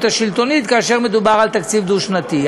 השלטונית כאשר מדובר בתקציב דו-שנתי.